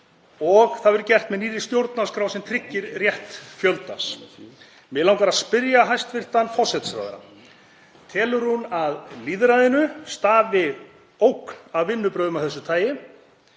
og það verður gert með nýrri stjórnarskrá sem tryggir rétt fjöldans. Mig langar að spyrja hæstv. forsætisráðherra: Telur hún að lýðræðinu stafi ógn af vinnubrögðum af þessu tagi?